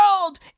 world